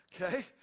okay